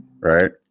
Right